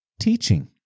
teaching